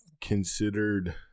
considered